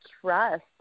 trust